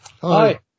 Hi